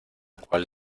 cual